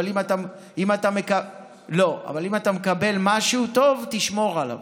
אבל אם אתה מקבל משהו טוב, תשמור עליו,